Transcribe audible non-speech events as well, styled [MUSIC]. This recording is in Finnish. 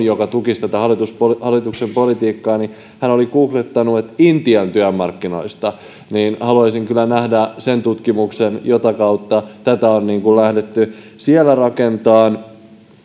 [UNINTELLIGIBLE] joka tukisi tätä hallituksen politiikkaa mitä hyvin vähän on oli googlettanut intian työmarkkinoista ja haluaisin kyllä nähdä sen tutkimuksen jonka kautta tätä on lähdetty siellä rakentamaan